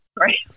Right